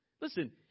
Listen